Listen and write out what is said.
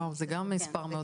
וואו, זה גם מספר מאוד נמוך.